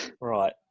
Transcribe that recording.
Right